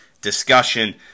discussion